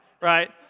right